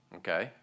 okay